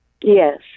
Yes